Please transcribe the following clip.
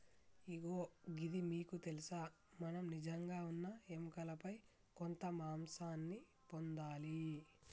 ఇగో గిది మీకు తెలుసా మనం నిజంగా మన ఎముకలపై కొంత మాంసాన్ని పొందాలి